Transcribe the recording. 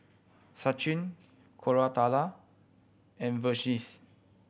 Sachin Koratala and Verghese